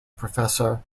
professor